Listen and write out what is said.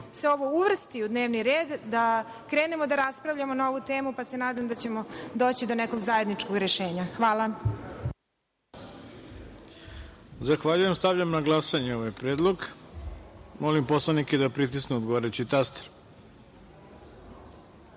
se ovo uvrsti u dnevni red, da krenemo da raspravljamo na ovu temu, pa se nadam da ćemo doći do nekog zajedničkog rešenja. Hvala. **Ivica Dačić** Zahvaljujem. Stavljam na glasanje ovaj predlog. Molim poslanike da pritisnu odgovarajući